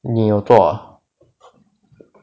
你有做 ah